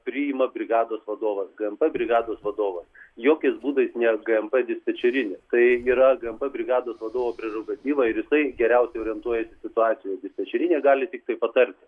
priima brigados vadovas gmp brigados vadovas jokiais būdais ne gmp dispečerinė tai yra gmp brigados vadovo prerogatyva ir jisai geriausiai orientuojasi situacijoj dispečerinė gali tiktai patarti